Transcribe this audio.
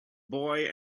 boy